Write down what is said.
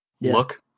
look